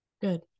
good